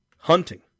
Hunting